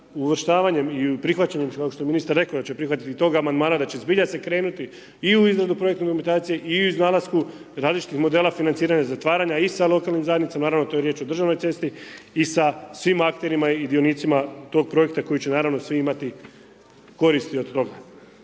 uvrštavanjem i prihvaćanjem kao što je ministar rekao da će prihvatit i tog amandmana da će zbilja se krenuti i u izradu projektne dokumentacije i nalasku različitih modela financiranja zatvaranja i sa lokalnim zajednicama naravno to je riječ o državnoj cesti i sa svim akterima i dionicima tog projekta koji će naravno svi imati koristi od toga.